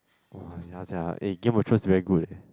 !wah! ya sia eh Game of Thrones is very good leh